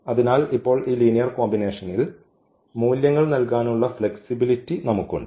അതിനാൽ ഇപ്പോൾ ഈ ലീനിയർ കോമ്പിനേഷനിൽ മൂല്യങ്ങൾ നൽകാനുള്ള ഫ്ലെക്സിബിലിറ്റി നമുക്കുണ്ട്